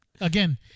Again